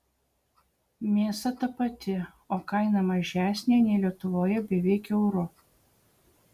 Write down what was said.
mėsa ta pati o kaina mažesnė nei lietuvoje beveik euru